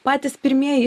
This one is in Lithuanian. patys pirmieji